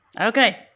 Okay